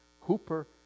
Hooper